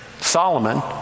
Solomon